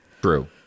True